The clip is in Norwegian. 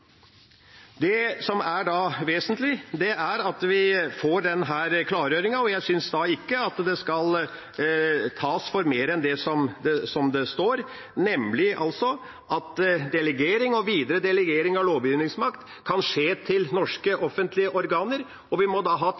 Det vesentlige er at vi får denne klargjøringen. Jeg synes ikke det skal tas for å være noe mer enn det som står, nemlig at «[d]elegering og videre delegering av lovgivningsmakt kan skje til norske offentlige organer». Vi må da